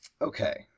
Okay